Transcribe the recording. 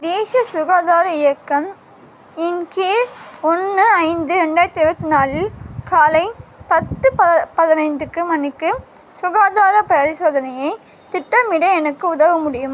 தேசிய சுகாதார இயக்கம் இன் கீழ் ஒன்று ஐந்து ரெண்டாயிரத்து இருபத்தி நாலில் காலை பத்து ப பதினைந்துக்கு மணிக்கு சுகாதாரப் பரிசோதனையைத் திட்டமிட எனக்கு உதவ முடியுமா